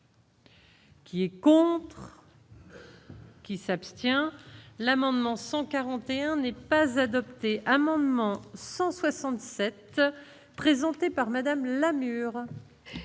Qui est court. Qui s'abstient l'amendement 141 n'est pas adopté, amendement 177 présentée par Madame Lamure.